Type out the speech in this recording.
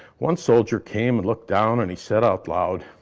one soldier came and looked down and he said out loud,